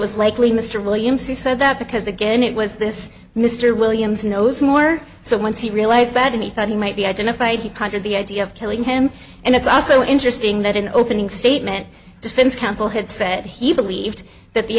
was likely mr williams who said that because again it was this mr williams knows more so once he realized that he thought he might be identified he pondered the idea of killing him and it's also interesting that in opening statement defense counsel had said he believed that the